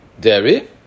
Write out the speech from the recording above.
dairy